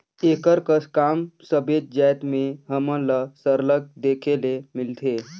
एकर कस काम सबेच जाएत में हमन ल सरलग देखे ले मिलथे